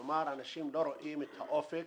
כלומר, אנשים לא רואים את האופק